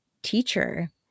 teacher